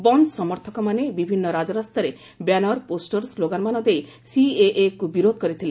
ବନ୍ଦ ସମର୍ଥକମାନେ ବିଭିନ୍ନ ରାଜରାସ୍ତାରେ ବ୍ୟାନର ପୋଷ୍ଟର ସ୍କୋଗାନମାନ ଦେଇ ସିଏଏକୁ ବିରୋଧ କରିଥିଲେ